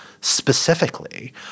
specifically